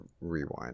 rewind